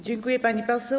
Dziękuję, pani poseł.